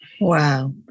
Wow